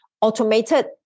automated